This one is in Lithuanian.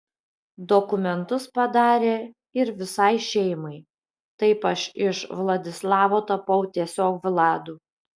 dokumentus padarė ir visai šeimai taip aš iš vladislavo tapau tiesiog vladu